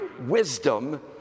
wisdom